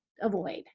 avoid